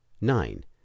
Nine